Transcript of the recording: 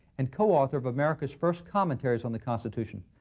and coauthor of america's first commentaries on the constitution.